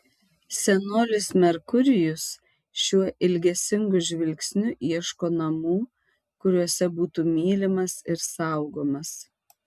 senolis merkurijus šiuo ilgesingu žvilgsniu ieško namų kuriuose būtų mylimas ir saugomas